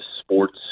sports